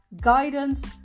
guidance